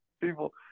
people